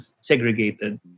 segregated